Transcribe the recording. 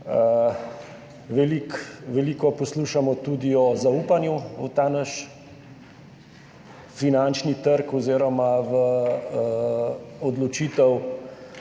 Veliko poslušamo tudi o zaupanju v ta naš finančni trg oziroma v odločitve